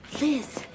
Liz